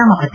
ನಾಮಪತ್ರ